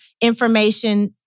information